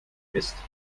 ist